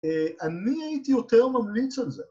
‫אני הייתי יותר ממליץ על זה.